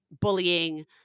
bullying